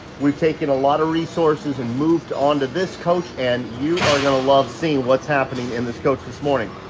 we've taken a lot of resources and moved on to this coach and you are gonna love seeing what's happening in this coach this morning.